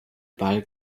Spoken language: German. ball